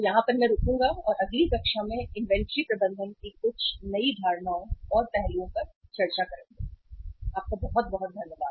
यहां पर मैं रुकूंगा और अगली कक्षा में इन्वेंटरी प्रबंधन के कुछ नई धारणाओं और पहलुओं की चर्चा करेंगेआपका बहुत बहुत धन्यवाद